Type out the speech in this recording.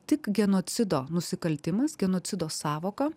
tik genocido nusikaltimas genocido sąvoka